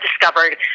discovered